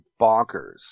bonkers